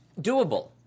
Doable